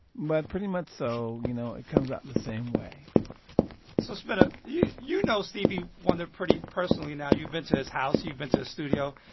but pretty much so, you know, it comes out the same way so, spinna, you you know stevie wonder pretty personally now. you've been to his house. you've been to his studio.